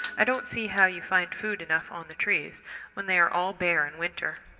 i don't see how you find food enough on the trees when they are all bare in winter.